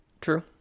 true